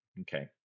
Okay